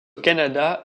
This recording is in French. canada